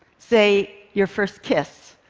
say, your first kiss,